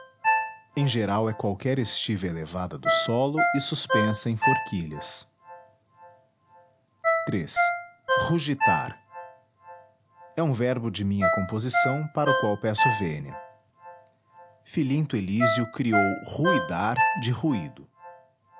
em geral é qualquer estiva elevada do solo e suspensa em forquilhas iii rugitar é um verbo de minha composição para o qual peço vênia filinto elísio criou ruidar de ruído